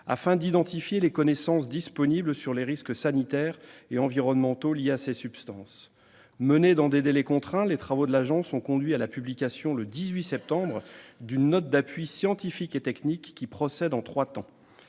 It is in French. afin d'identifier les connaissances disponibles sur les risques sanitaires et environnementaux liés à ces substances. Menés dans des délais contraints, les travaux de l'Agence ont conduit à la publication, le 18 septembre dernier, d'une note d'appui scientifique et technique qui procède en trois temps.